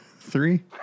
Three